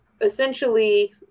essentially